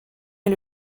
est